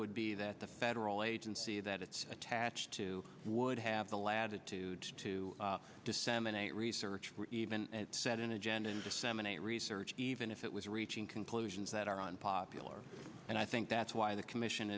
would be that the federal agency that it's attached to would have the latitude to disseminate research even set an agenda and disseminate research even if it was reaching conclusions that are unpopular and i think that's why the commission